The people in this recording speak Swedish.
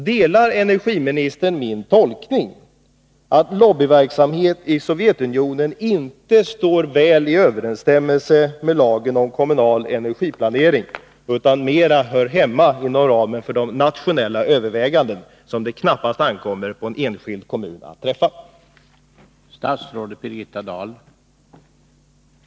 Delar energiministern min tolkning att lobbyverksamheten i Sovjetunionen inte står väl i överensstämmelse med lagen om kommunal energiplanering utan mera hör hemma inom ramen för de nationella överväganden som det knappast ankommer på en enskild kommun att göra?